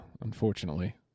Unfortunately